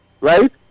Right